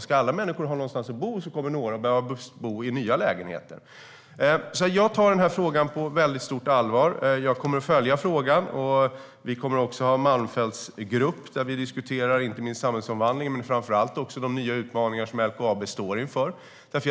Ska alla människor ha någonstans att bo kommer några att behöva bo i nya lägenheter. Jag tar den här frågan på stort allvar. Jag kommer att följa den, och vi kommer också att ha en malmfältsgrupp där vi diskuterar inte bara samhällsomvandlingen utan framför allt de nya utmaningar som LKAB står inför.